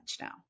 now